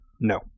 No